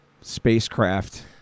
spacecraft